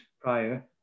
prior